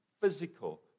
physical